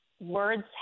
words